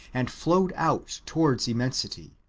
and flowed out towards immensity,